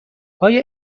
آیا